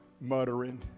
muttering